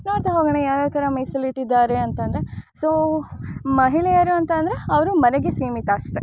ನೋಡ್ತಾ ಹೋಗೋಣ ಯಾವ್ಯಾವ ಥರ ಮೀಸಲಿಟ್ಟಿದ್ದಾರೆ ಅಂತಂದರೆ ಸೋ ಮಹಿಳೆಯರು ಅಂತಂದರೆ ಅವರು ಮನೆಗೆ ಸೀಮಿತ ಅಷ್ಟೆ